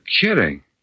kidding